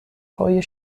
های